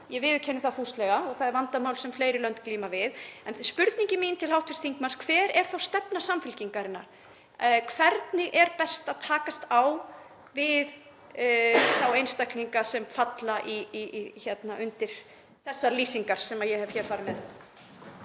Ég viðurkenni það fúslega og það er vandamál sem fleiri lönd glíma við. En spurning mín til hv. þingmanns er: Hver er stefna Samfylkingarinnar? Hvernig er best að takast á við þá einstaklinga sem falla undir þessar lýsingar sem ég hef hér farið með?